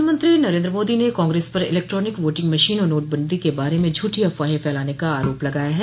प्रधानमंत्री नरेन्द्र मोदी ने कांग्रेस पर इलेक्ट्रानिक वोटिंग मशीन और नोटबंदी के बारे में झूठी अफवाहें फैलाने का आरोप लगाया है